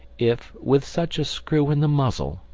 if, with such a screw in the muzzle,